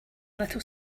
little